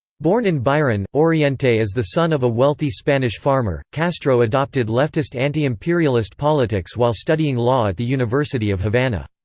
born in biran, oriente as the son of a wealthy spanish farmer, castro adopted leftist anti-imperialist politics while studying law at the university of havana.